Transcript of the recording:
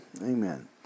amen